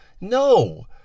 no